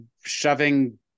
shoving